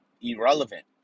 irrelevant